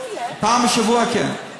פעם בשבוע, כן.